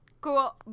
Cool